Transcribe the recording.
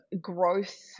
growth